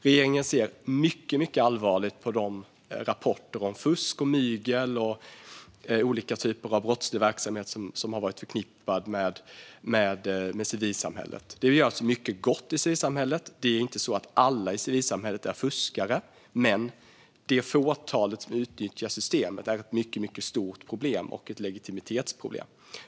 Regeringen ser mycket allvarligt på rapporterna om fusk och mygel och olika typer av brottslig verksamhet som har varit förknippad med civilsamhället. Det görs mycket gott i civilsamhället. Alla i civilsamhället är inte fuskare, men det fåtal som utnyttjar systemet är ett mycket stort problem och ett legitimitetsproblem.